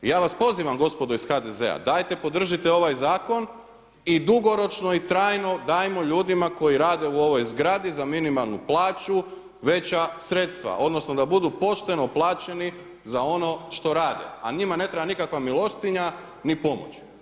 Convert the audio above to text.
I ja vas pozivam gospodo iz HDZ-a dajte podržite ovaj zakon i dugoročno i trajno dajmo ljudima koji rade u ovoj zgradi za minimalnu plaću veća sredstva, odnosno da budu pošteno plaćeni za ono što rade, a njima ne treba nikakva milostinja, ni pomoć.